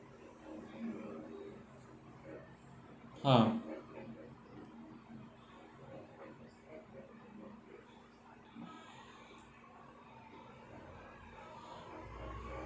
uh